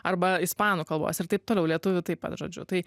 arba ispanų kalbos ir taip toliau lietuvių taip pat žodžiu tai